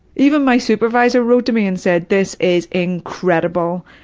even my supervisor wrote to me and said this is incredible.